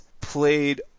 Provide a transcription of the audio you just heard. played